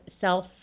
self